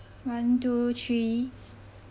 one two three